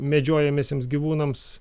medžiojamiesiems gyvūnams